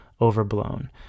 overblown